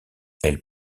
elle